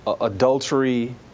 adultery